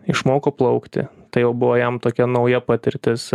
išmoko plaukti tai jau buvo jam tokia nauja patirtis